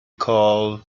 called